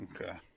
Okay